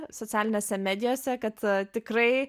socialinėse medijose kad tikrai